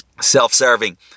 self-serving